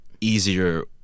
easier